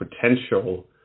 potential